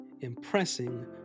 Impressing